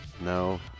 no